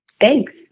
thanks